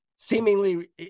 Seemingly